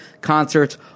concerts